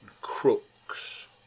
Crooks